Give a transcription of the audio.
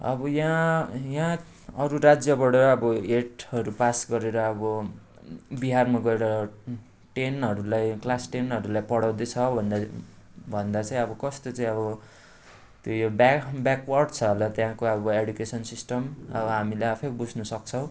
अब यहाँ यहाँ अरू राज्यबाट अब एटहरू पास गरेर अब बिहारमा गएर टेनहरूलाई क्लास टेनहरूलाई पढाउँदै छ भन्दा भन्दा चाहिँ अब कस्तो चाहिँ अब त्यही हो ब्याक ब्याकवार्ड छ होला त्यहाँको अब एडुसेकन सिस्टम अब हामीले आफै बुझ्नुसक्छौँ